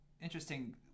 interesting